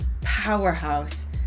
powerhouse